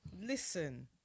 Listen